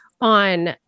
on